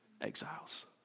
exiles